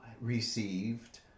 received